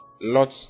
Lot's